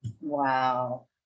wow